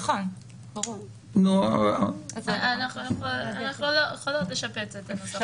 אפשר לשפץ את הנוסח.